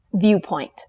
viewpoint